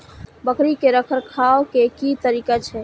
बकरी के रखरखाव के कि तरीका छै?